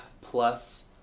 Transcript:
plus